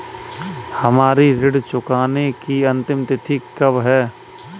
हमारी ऋण चुकाने की अंतिम तिथि कब है?